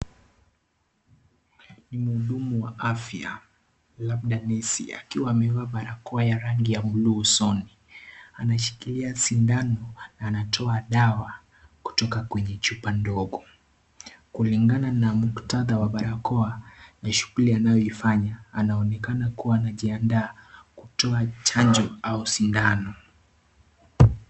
Ni mhudumu wa afya labda nesi akiwa amevaa barakoa ya rangi ya buluu usoni anashikilia sindano anatoa dawa kutoka kwenye chupa ndogo ,kulingana na muktadha wa barakoa na shughulia anayoifanya anaonekana kujiandaa kutoa chanjo au sindano .